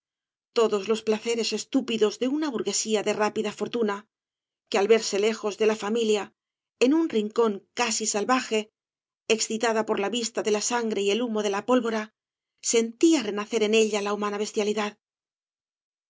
todos los placeres estúpidos de una burguesía de rápida fortuna que al verse lejos de la familia en un rincón casi salvaje excitada por la vita de la sangre y el humo de la pólvora sentía renacer en ella la humana bestialidad